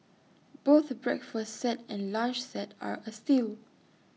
both breakfast set and lunch set are A steal